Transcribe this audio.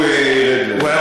והוא ירד,